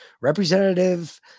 Representative